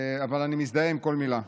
אבל אני מזדהה עם כל מילה.